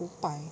五百